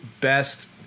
best